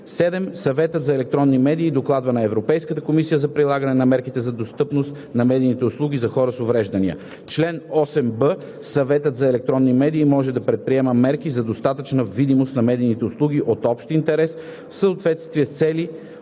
(7) Съветът за електронни медии докладва на Европейската комисия за прилагането на мерките за достъпност на медийните услуги за хора с увреждания. Чл. 8б. Съветът за електронни медии може да предприема мерки за достатъчна видимост на медийните услуги от общ интерес в съответствие с цели